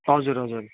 हजुर हजुर